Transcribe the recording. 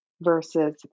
versus